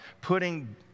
putting